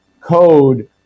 code